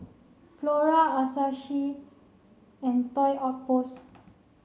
Flora Asahi and Toy Outpost